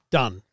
done